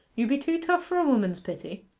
you be too tough for a woman's pity.